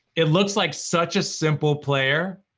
it looks like such a simple player,